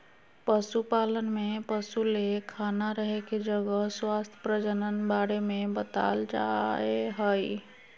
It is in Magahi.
पशुपालन में पशु ले खाना रहे के जगह स्वास्थ्य प्रजनन बारे में बताल जाय हइ